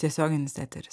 tiesioginis eteris